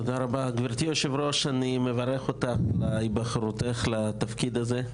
גברתי היושבת-ראש אני מברך אותך על היבחרותך לתפקיד הזה.